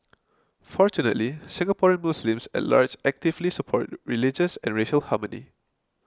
fortunately Singaporean Muslims at large actively support re religious and racial harmony